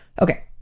okay